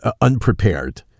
unprepared